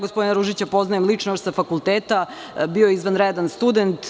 Gospodina Ružića poznajem lično, još sa fakulteta, bio je izvanredan student.